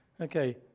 Okay